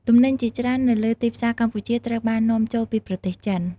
ទំនិញជាច្រើននៅលើទីផ្សារកម្ពុជាត្រូវបាននាំចូលពីប្រទេសចិន។